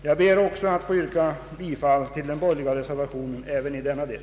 Jag ber att få yrka bifall till den borgerliga reservationen även i denna del.